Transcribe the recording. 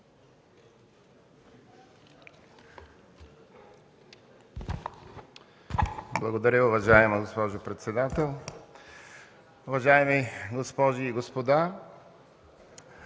Благодаря Ви, уважаема госпожо председател. Уважаеми госпожи и господа,